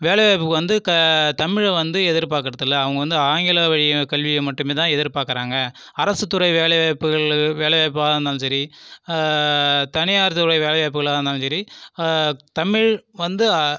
வேலை வாய்ப்புக்கு வந்து க தமிழை வந்து எதிர் பார்க்கறதுல்ல அவங்க வந்து ஆங்கில வழி கல்வியை மட்டுமே தான் எதிர் பார்க்கறாங்க அரசு துறை வேலை வாய்ப்புகள் வேலை வாய்ப்பாக இருந்தாலும் சரி தனியார் துறை வேலை வாய்ப்புகளாக இருந்தாலும் சரி தமிழ் வந்து அ